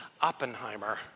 Oppenheimer